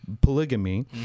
polygamy